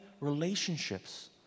relationships